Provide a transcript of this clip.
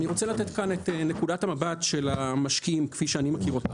אני רוצה לתת כאן את נקודת המבט של המשקיעים כפי שאני מכיר אותה,